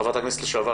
חברת הכנסת לשעבר,